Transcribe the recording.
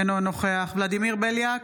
אינו נוכח ולדימיר בליאק,